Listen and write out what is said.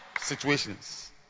situations